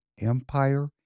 empire